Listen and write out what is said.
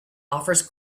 offers